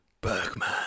Bergman